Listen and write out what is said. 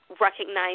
recognize